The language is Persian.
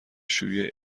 شیوع